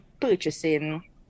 purchasing